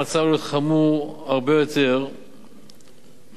המצב חמור הרבה יותר ממצב,